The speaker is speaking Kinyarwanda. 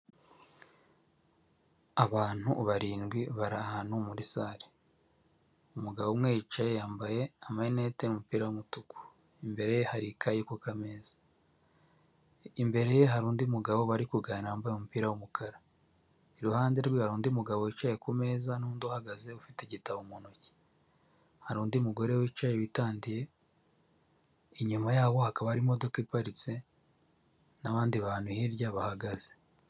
Abantu barindwi bari ahantu muri sare. Umugabo umwe aricaye yambaye amarinete n'umupira w'umutuku. Imbere hari ikayi ku kameza. Imbere ye hari undi mugabo bari kuganira wambaye umupira w'umukara. Iruhande rwe hari undi mugabo wicaye ku n'undi uhagaze ufite igitabo mu ntoki. Hari undi mugore wicaye witandiye, inyuma yaho hakaba hari imodoka iparitse n'abandi bantu hirya bahagaze.